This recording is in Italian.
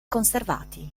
conservati